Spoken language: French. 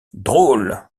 drôle